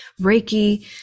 Reiki